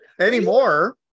Anymore